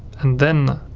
and then,